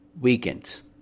weekends